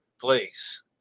please